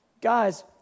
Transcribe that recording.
Guys